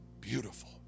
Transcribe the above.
beautiful